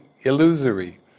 illusory